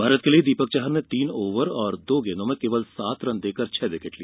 भारत के लिए दीपक चाहर ने तीन ओवर और दो गेंदों में केवल सात रन देकर छह विकेट लिए